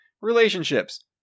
relationships